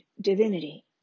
divinity